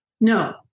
No